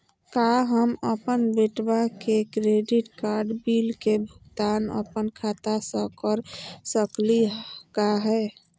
का हम अपन बेटवा के क्रेडिट कार्ड बिल के भुगतान अपन खाता स कर सकली का हे?